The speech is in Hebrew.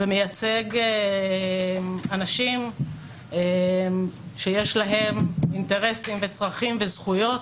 ומייצג אנשים שיש להם אינטרסים וצרכים וזכויות,